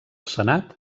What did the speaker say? senat